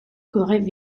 courraient